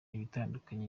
ibitandukanye